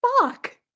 fuck